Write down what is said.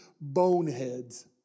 Boneheads